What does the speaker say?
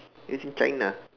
it's in China